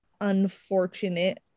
unfortunate